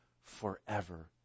forever